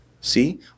See